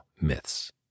myths